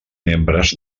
membres